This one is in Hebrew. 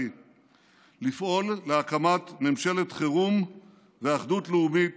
לפעול להקמת ממשלת חירום ואחדות לאומית